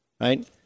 right